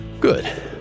Good